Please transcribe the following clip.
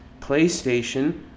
PlayStation